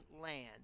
land